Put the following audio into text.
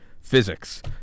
Physics